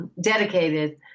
dedicated